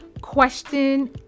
question